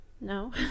No